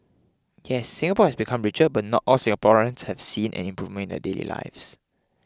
yes Singapore has become richer but not all Singaporeans have seen an improvement in their daily lives